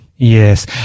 Yes